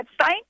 website